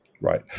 Right